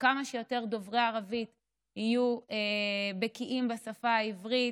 שכמה שיותר דוברי ערבית יהיו בקיאים בשפה העברית,